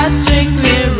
strictly